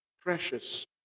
precious